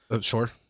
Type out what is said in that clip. Sure